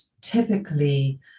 typically